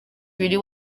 ibiri